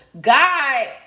God